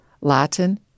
Latin